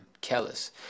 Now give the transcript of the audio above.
callous